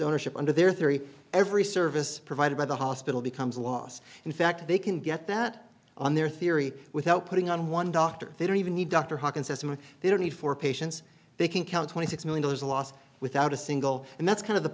ownership under their theory every service provided by the hospital becomes a loss in fact they can get that on their theory without putting on one doctor they don't even need dr hudgins estimate they don't need four patients they can count twenty six million dollars loss without a single and that's kind of the